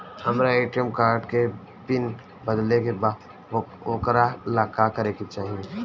हमरा ATM card के PIN बदले के बा वोकरा ला का करे के होई?